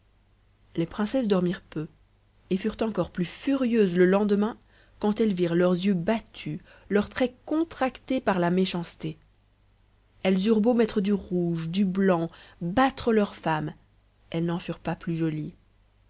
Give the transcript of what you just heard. les princesses dormirent peu et furent encore plus furieuses le lendemain quand elles virent leurs yeux battus leurs traits contractés par la méchanceté elles eurent beau mettre du rouge du blanc battre leurs femmes elles n'en furent pas plus jolies